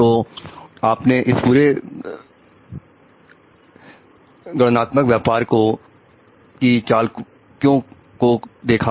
तो आपने इस पूरे गणनात्मक व्यापार की चला क्यों को देखा